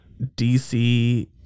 DC